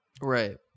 Right